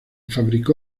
fabricó